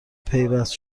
پیوست